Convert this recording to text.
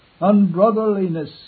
unbrotherliness